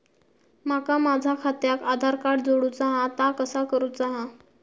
माका माझा खात्याक आधार कार्ड जोडूचा हा ता कसा करुचा हा?